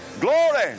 glory